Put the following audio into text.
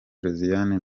josiane